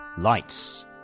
Lights